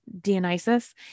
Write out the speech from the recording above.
Dionysus